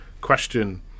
question